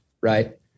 right